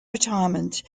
retirement